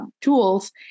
tools